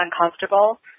uncomfortable